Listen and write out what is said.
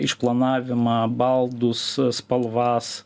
išplanavimą baldus spalvas